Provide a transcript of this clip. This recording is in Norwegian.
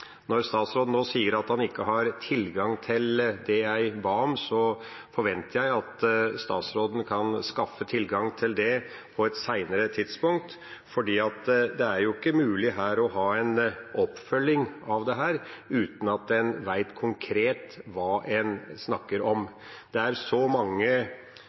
Når statsråden nå sier at han ikke har tilgang til det jeg ba om, forventer jeg at statsråden kan skaffe tilgang til det på et senere tidspunkt, for det er ikke mulig å ha en oppfølging av dette uten at en vet konkret hva en snakker om. Det er så mange